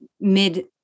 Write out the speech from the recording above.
mid